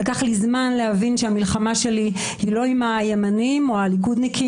לקח לי זמן להבין שהמלחמה שלי היא לא עם הימניים או הליכודניקים